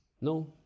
No